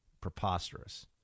Preposterous